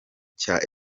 cya